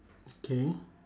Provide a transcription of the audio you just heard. okay